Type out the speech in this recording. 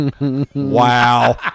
Wow